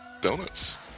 Donuts